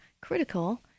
critical